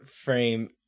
frame